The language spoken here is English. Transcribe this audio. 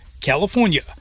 California